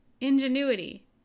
Ingenuity